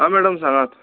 आं मॅडम सांगात